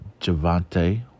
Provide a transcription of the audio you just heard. Javante